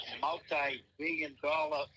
multi-billion-dollar